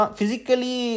physically